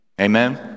Amen